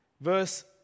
Verse